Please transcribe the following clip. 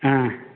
ஆ